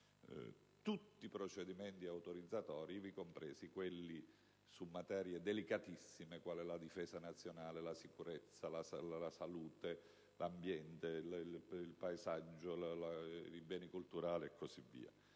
tutti i procedimenti autorizzatori, compresi quelli su materie delicatissime quale la difesa nazionale, la sicurezza, la salute, l'ambiente, il paesaggio, i beni culturali e così via.